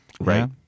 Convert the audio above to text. right